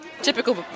Typical